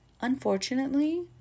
Unfortunately